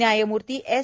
न्यायमूर्ती एस